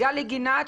גלי גינת,